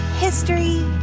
history